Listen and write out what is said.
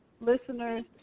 listeners